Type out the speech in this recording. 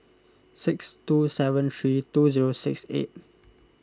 six two seven three two zero six eight